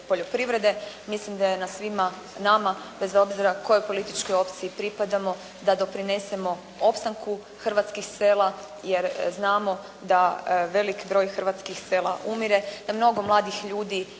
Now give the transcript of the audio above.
poljoprivrede. Mislim da je na svima nama bez obzira kojoj političkoj opciji pripadamo, da doprinesemo opstanku hrvatskih sela, jer znamo da veliki broj hrvatskih sela umire, da mnogo mladih ljudi